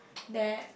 that